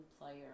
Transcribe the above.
player